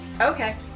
Okay